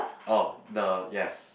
oh the yes